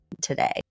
today